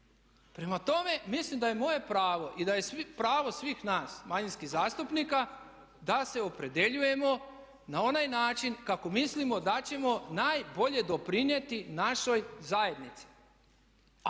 Prema tome, mislim da je moje pravo i da je pravo svih nas manjinskih zastupnika da se opredjeljujemo na onaj način kako mislimo da ćemo najbolje doprinijeti našoj zajednici.